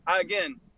again